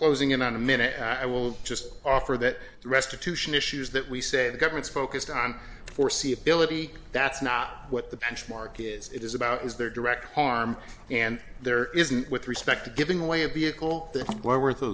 closing in on a minute i will just offer that the restitution issues that we say the government's focused on foreseeability that's not what the benchmark is it is about is there direct harm and there isn't with respect to giving away a vehicle why were